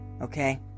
okay